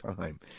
time